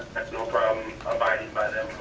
that's no problem, abiding by them